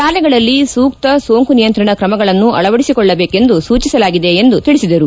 ತಾಲೆಗಳಲ್ಲಿ ಸೂಕ್ತ ಸೋಂಕು ನಿಯಂತ್ರಣ ಕ್ರಮಗಳನ್ನು ಅಳವಡಿಸಿಕೊಳ್ಳಬೇಕೆಂದು ಸೂಚಿಸಲಾಗಿದೆ ಎಂದು ಹೇಳಿದರು